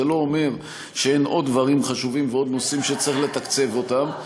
זה לא אומר שאין עוד דברים חשובים ועוד נושאים שצריך לתקצב אותם.